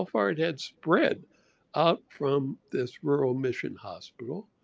far it had spread up from this rural mission hospital.